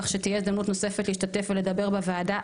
כך שתהיה הזדמנות נוספת להשתתף ולדבר בוועדה.